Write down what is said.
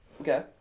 Okay